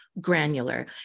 granular